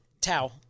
Tau